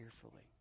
carefully